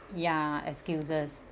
ya excuses